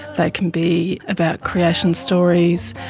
they can be about creation stories,